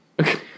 Okay